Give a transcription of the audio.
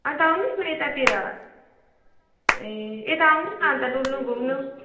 अन्त आउनुहोस् न यतातिर ए आउनुहोस् न अन्त यतातिर डुल्नु घुम्नु